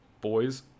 boys